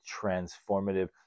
transformative